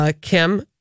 Kim